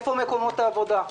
איפה מקומות העבודה?